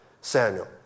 Samuel